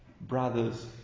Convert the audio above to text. brother's